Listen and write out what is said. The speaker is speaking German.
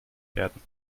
werden